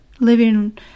living